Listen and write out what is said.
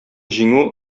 җиңү